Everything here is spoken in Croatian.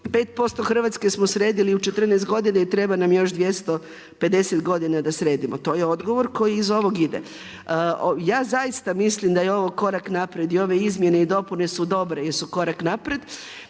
5% Hrvatske smo sredili u 14 godina i treba nam još 250 godina da sredimo to. To je odgovor koji iz ovog ide. Ja zaista mislim da je ovo korak naprijed i ove izmjene i dopune su dobre jer su korak naprijed.